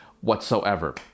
whatsoever